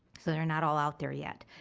so they're not all out there yet.